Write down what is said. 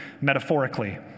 metaphorically